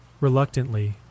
Reluctantly